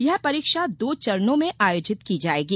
यह परीक्षा दो चरणो में आयोजित की जायेगी